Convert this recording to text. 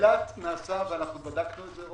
באילת נעשה ובדקנו את זה.